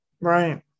right